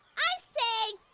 i say,